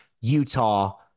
Utah